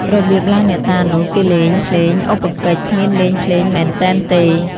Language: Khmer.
របៀបឡើងអ្នកតានោះ គេលេង ភ្លេងឧបកិច្ចគ្មានលេងភ្លេងមែនទែនទេ។